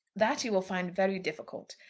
that you will find very difficult.